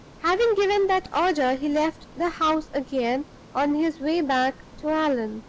having given that order, he left the house again on his way back to allan,